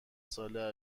ساله